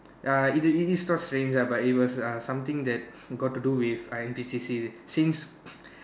uh it is its not strange uh but it was uh something that got to do with uh N_P_C_C since